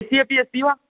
ए C अपि अस्ति वा